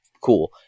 cool